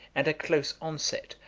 and a close onset,